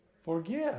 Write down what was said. forgive